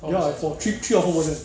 ya thre~ three or four percent